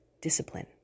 discipline